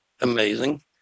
amazing